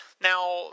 Now